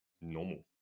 normal